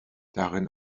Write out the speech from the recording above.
darin